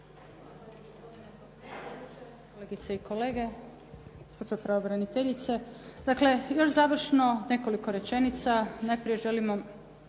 Kolegice i kolege, gospođo pravobraniteljice. Dakle, još završno nekoliko rečenica. Najprije želimo